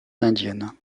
indienne